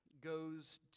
goes